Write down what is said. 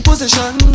Position